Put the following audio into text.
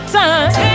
time